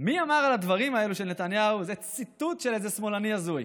מי אמר על הדברים האלה של נתניהו: וזה ציטוט של איזה שמאלני הזוי.